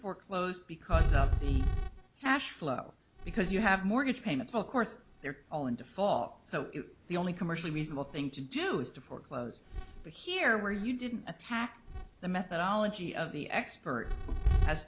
foreclosed because of ash flow because you have mortgage payments of course they're all in default so the only commercially reasonable thing to do is to foreclose but here where you didn't attack the methodology of the expert as